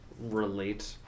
relate